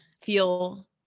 feel